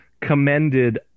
commended